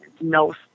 No